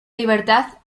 libertad